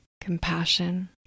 compassion